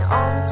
on